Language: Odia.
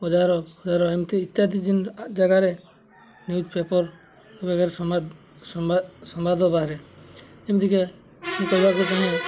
ବଜାର ବଜାର ଏମିତି ଇତ୍ୟାଦି ଜାଗାରେ ନ୍ୟୁଜ୍ ପେପର୍ ସମ୍ବାଦ ସମ୍ବାଦ ବାହାରେ ଏମିତିକା କହିବାକୁ ଦିନ